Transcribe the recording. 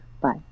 Bye